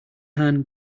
hand